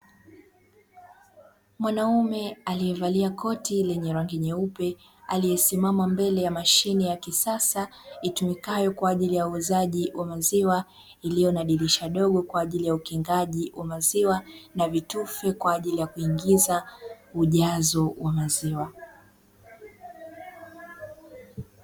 Mwanaume aliyevalia koti lenye rangi nyeupe aliyesimama mbele ya mashine ya kisasa, itumikayo kwa ajili uuzaji wa maziwa iliyo na dirisha dogo kwa ajili ya ukingaji wa maziwa na vitufe kwa ajili ya kuingiza ujazo wa maziwa.